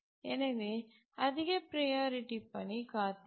எனவே அதிக ப்ரையாரிட்டி பணி காத்திருக்கும்